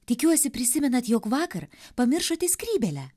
tikiuosi prisimenat jog vakar pamiršote skrybėlę